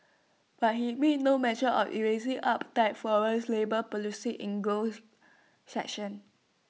but he made no mention of easing up tight foreign labour policies in growth section